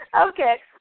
Okay